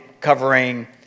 covering